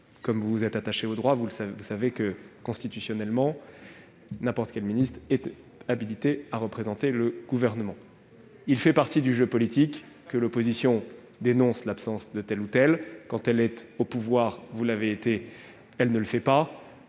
Comme vous êtes attachée au droit, vous savez que, constitutionnellement, n'importe quel ministre est habilité à représenter le Gouvernement. Il fait partie du jeu politique que l'opposition dénonce l'absence de tel ou tel. Quand cette même opposition est au pouvoir comme vous l'avez été, elle ne le fait pas-